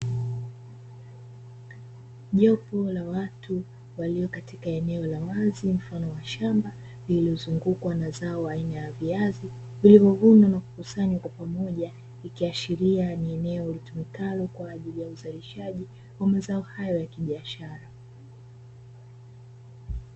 Jopo la watu walio katika eneo la wazi mfano wa shamba, lililozungukwa na zao aina ya viazi vilivyovunwa na kukusanywa kwa pamoja, ikiashiria ni eneo litumikalo kwa ajili ya uzalishaji wa mazao hayo ya kibiashara.